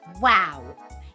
Wow